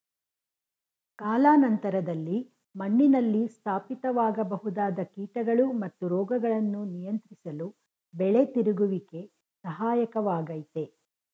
ಕಾಲಾನಂತರದಲ್ಲಿ ಮಣ್ಣಿನಲ್ಲಿ ಸ್ಥಾಪಿತವಾಗಬಹುದಾದ ಕೀಟಗಳು ಮತ್ತು ರೋಗಗಳನ್ನು ನಿಯಂತ್ರಿಸಲು ಬೆಳೆ ತಿರುಗುವಿಕೆ ಸಹಾಯಕ ವಾಗಯ್ತೆ